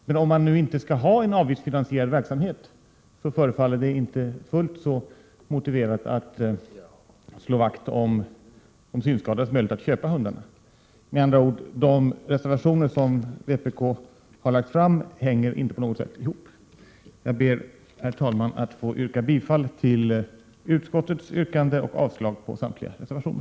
Men om vi nu inte skall ha en avgiftsfinansierad verksamhet, förefaller det inte så motiverat att slå vakt om de synskadades möjligheter att köpa hundarna. Med andra ord: De reservationer som vpk har framlagt hänger inte på något sätt ihop. Jag ber, herr talman, att få yrka bifall till utskottets hemställan och avslag på samtliga reservationer.